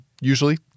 usually